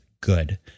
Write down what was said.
good